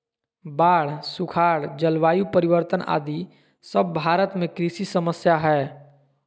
बाढ़, सुखाड़, जलवायु परिवर्तन आदि सब भारत में कृषि समस्या हय